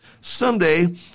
Someday